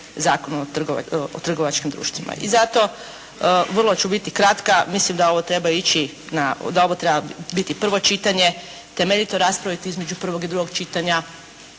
Zakon o trgovačkim društvima. I zato, vrlo ću biti kratka mislim da ovo treba biti prvo čitanje, temeljito raspraviti između prvog i drugog čitanja,